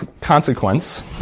consequence